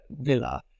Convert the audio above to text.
villa